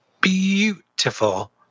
beautiful